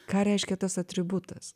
ką reiškia tas atributas